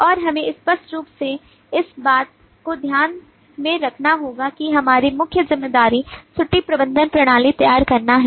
और हमें स्पष्ट रूप से इस बात को ध्यान में रखना होगा कि हमारी मुख्य जिम्मेदारी छुट्टी प्रबंधन प्रणाली तैयार करना है